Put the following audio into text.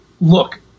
look